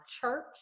church